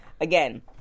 again